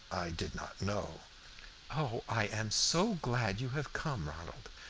did not know oh, i am so glad you have come, ronald,